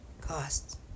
costs